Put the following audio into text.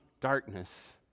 darkness